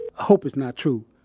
hope it's not true.